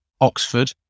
Oxford